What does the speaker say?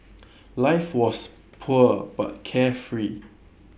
life was poor but carefree